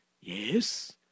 Yes